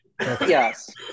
Yes